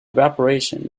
evaporation